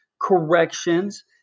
corrections